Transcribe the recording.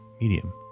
medium